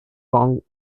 kong